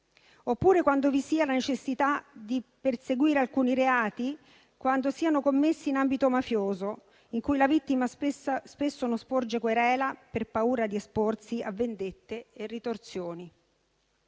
oppure quando vi sia la necessità di perseguire alcuni reati, quando siano commessi in ambito mafioso, in cui la vittima spesso non sporge querela per paura di esporsi a vendette e ritorsioni.